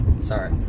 sorry